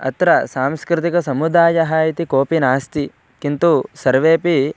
अत्र सांस्कृतिकसमुदायः इति कोपि नास्ति किन्तु सर्वेपि